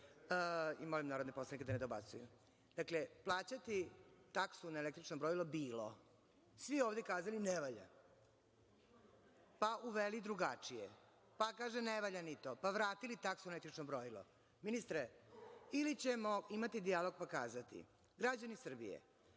ljudima ništa ne znači. Dakle, plaćati taksu na električno brojilo je bilo i svi su ovde kazali – ne valja, pa uveli drugačije, pa kaže ne valja ni to, pa vratili taksu na električno brojilo. Ministre, ili ćemo imati dijalog pa kazati – građani Srbije,